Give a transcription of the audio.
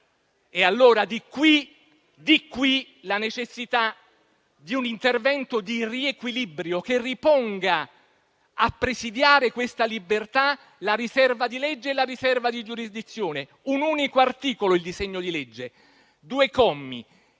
Di qui la necessità di un intervento di riequilibrio che riponga, a presidiare questa libertà, la riserva di legge e la riserva di giurisdizione. Il disegno di legge si compone